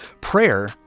Prayer